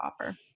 offer